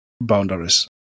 boundaries